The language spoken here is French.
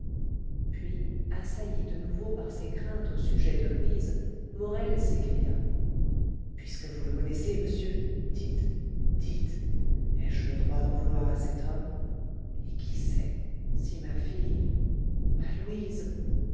puis assailli de nouveau par ses craintes au sujet de louise morel s'écria puisque vous le connaissez monsieur dites dites ai-je le droit d'en vouloir à cet homme et qui sait si ma fille ma louise